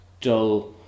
dull